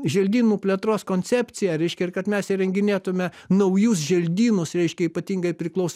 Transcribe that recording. želdynų plėtros koncepcija reiškia ir kad mes įrenginėtume naujus želdynus reiškia ypatingai priklaus